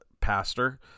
pastor